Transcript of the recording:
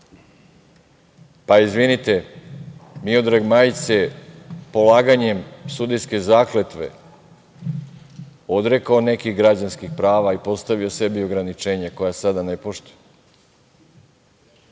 izvinite, Miodrag Majić se polaganjem sudijske zakletve odrekao nekih građanskih prava i postavio sebi ograničenja koja sada ne poštuje,